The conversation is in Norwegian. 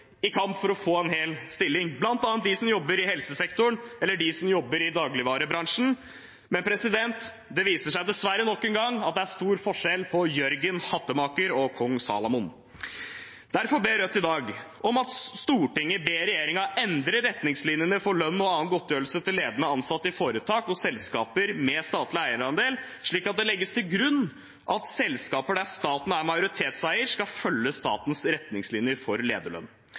for å få en hel stilling, bl.a. de som jobber i helsesektoren, eller de som jobber i dagligvarebransjen. Men det viser seg dessverre nok en gang at det er stor forskjell på Jørgen hattemaker og kong Salomo. Derfor ber Rødt i dag om at «Stortinget ber regjeringen endre retningslinjer for lønn og annen godtgjørelse til ledende ansatte i foretak og selskaper med statlig eierandel, slik at det legges til grunn at selskaper der staten er majoritetseier, skal følge statens retningslinjer for lederlønn.»